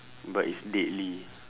but it's deadly